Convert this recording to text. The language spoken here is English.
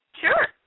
Sure